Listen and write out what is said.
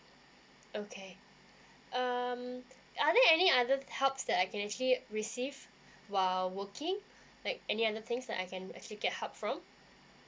okay um are there any other helps that I can actually receive while working like any other things that I can actually get help from